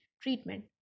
treatment